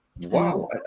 Wow